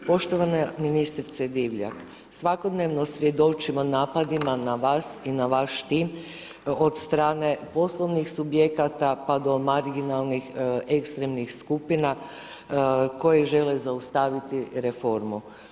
Poštovana ministrice Divjak, svakodnevno svjedočimo napadima na vas i na vaš tim od strane poslovnih subjekata pa do marginalnih ekstremnih skupina koje žele zaustaviti reformu.